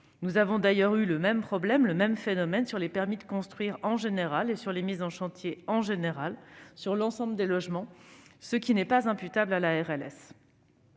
Nous avons d'ailleurs eu le même problème avec les permis de construire en général et les mises en chantier de l'ensemble des logements, ce qui n'est pas imputable à la RLS.